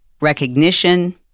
recognition